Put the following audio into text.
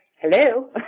hello